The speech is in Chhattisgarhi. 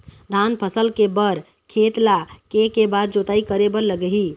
धान फसल के बर खेत ला के के बार जोताई करे बर लगही?